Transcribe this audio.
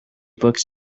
books